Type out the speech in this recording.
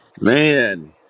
man